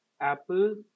Apple